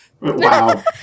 Wow